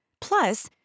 Plus